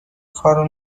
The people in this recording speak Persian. کارو